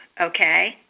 Okay